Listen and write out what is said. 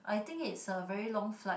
I think it's a very long flight